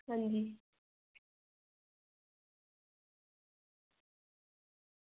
हां जी